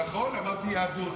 נכון, אמרתי יהדות.